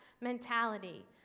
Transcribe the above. mentality